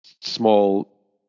small